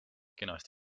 kenasti